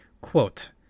Quote